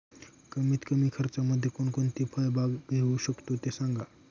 कमीत कमी खर्चामध्ये कोणकोणती फळबाग घेऊ शकतो ते सांगा